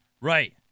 Right